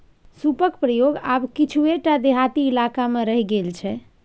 सूपक प्रयोग आब किछुए टा देहाती इलाकामे रहि गेल छै